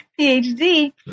PhD